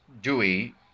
Dewey